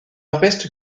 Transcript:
restent